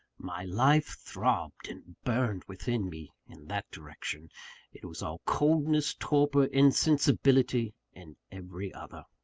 my life throbbed and burned within me, in that direction it was all coldness, torpor, insensibility, in every other.